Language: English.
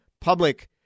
public